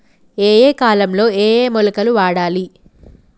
ఏయే కాలంలో ఏయే మొలకలు వాడాలి?